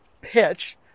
pitch